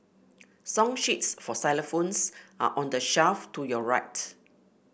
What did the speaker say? song sheets for xylophones are on the shelf to your right